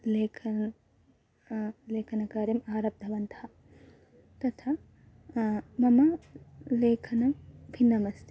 लेखनं लेखनकार्यम् आरब्धवन्तः तथा मम लेखनं भिन्नमस्ति